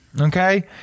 Okay